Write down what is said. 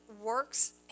works